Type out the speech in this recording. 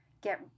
get